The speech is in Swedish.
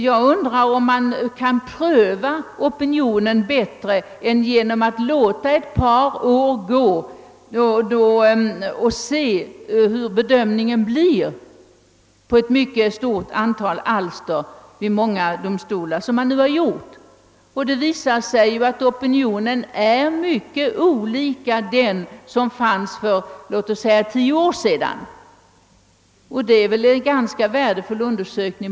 Jag undrar dock om det finns något bättre sätt att pröva opinionen än att så som nu skett under ett par år följa de bedömningar som görs beträffande ett mycket stort antal alster i många domstolar. Det har därvid visat sig att opinionen är annorlunda nu än för låt oss säga tio år sedan, och bara detta är väl en ganska värdefull undersökning.